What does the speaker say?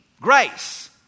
grace